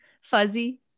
Fuzzy